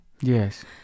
Yes